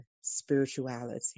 spirituality